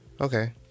Okay